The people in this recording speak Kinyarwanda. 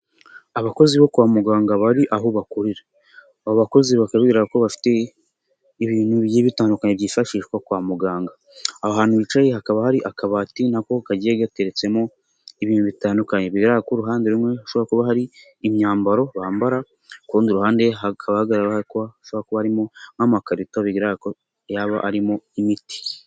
Abakozi bo kwa muganga bari aho bakorera abo bakozi bikaba bigaragara ko bafite ibintu bigiye bitandukanye byifashishwa kwa muganga. Aho hantu bicaye hakaba hari akabati nako kagiye gateretsemo ibintu bitandukanye bigaragara ko ku uruhande rumwe hashobora kuba hari imyambaro bambara ku rundi ruhande hakaba hagaragara ko hashobora kuba harimo nk'amakarito bigaragara ko yaba arimo imiti.